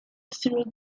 through